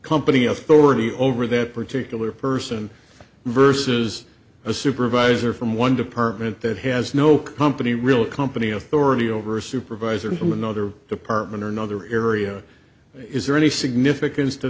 company authority over that particular person versus a supervisor from one department that has no company real company authority over a supervisor whom another department or another area is there any significance to